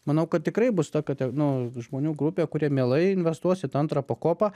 manau kad tikrai bus ta kad te nu žmonių grupė kurie mielai investuos į tą antrą pakopą